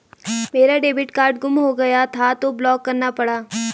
मेरा debit card गुम हो गया था तो ब्लॉक करना पड़ा